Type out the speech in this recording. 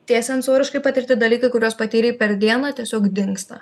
tie sensoriškai patirti dalykai kuriuos patyrei per dieną tiesiog dingsta